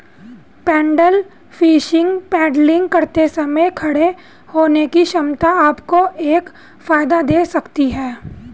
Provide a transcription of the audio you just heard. pedal fishing paddling करते समय खड़े होने की क्षमता आपको एक फायदा दे सकती है